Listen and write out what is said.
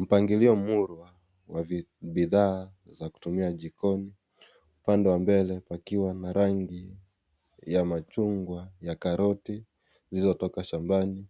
Mpangilio murwa wa bidhaa za kutumia jikoni upande wa mbele pakiwa na rangi ya machungwa ya karoti zilizotoka shambani